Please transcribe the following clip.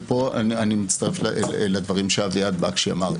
ופה אני מצטרף לדברים שאביעד בקשי אמר,